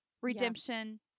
redemption